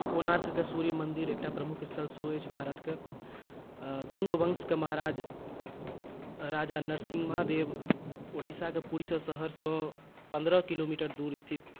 कोणार्क के सूर्य मंदिर एकटा प्रमुख स्थल सेहो अछि भारत के आ गंगवंश के महाराज राजा नरसिम्हा देव उड़ीसाक पूरी शहरसँ पन्द्रह किलोमीटर दूर स्थित